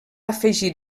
afegir